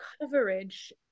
coverage